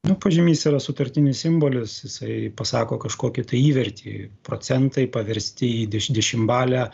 nu pažymys yra sutartinis simbolis jisai pasako kažkokį tai įvertį procentai paversti į deši dešimtbalę